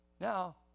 Now